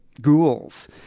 ghouls